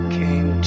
came